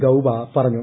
ഗൌബ പറഞ്ഞു